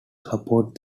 support